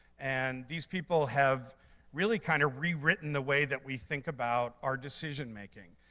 and these people have really kind of rewritten the way that we think about our decision making.